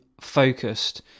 focused